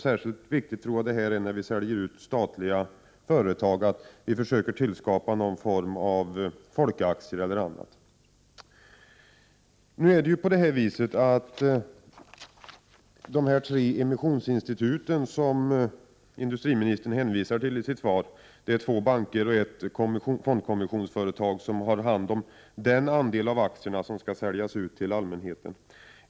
När statliga företag säljs ut är det särskilt viktigt att någon form av folkaktier eller annat tillskapas. Det är tre emissionsinstitut, som industriministern hänvisade till i sitt svar, dvs. två banker och ett fondkommissionsföretag, som har hand om den del av aktierna som skall säljas till allmänheten.